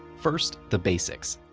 first, the basics.